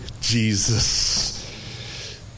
Jesus